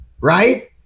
right